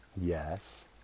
Yes